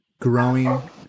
growing